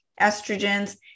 estrogens